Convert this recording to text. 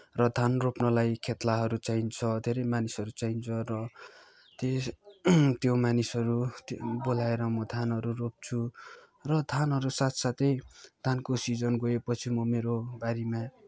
र धान रोप्नलाई खेतलाहरू चाहिन्छ धेरै मानिसहरू चाहिन्छ र त्यस त्यो मानिसहरू बोलाएर म धानहरू रोप्छु र धानहरू साथ साथै धानको सिजन गएपछि म मेरो बारीमा